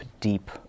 deep